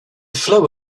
flow